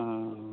आं